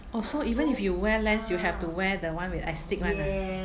oh so even if you wear lens you have to wear the one with astig [one] ah